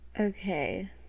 Okay